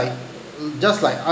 just like